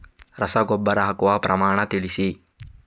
ರಸಗೊಬ್ಬರ ಹಾಕುವ ಪ್ರಮಾಣ ತಿಳಿಸಿ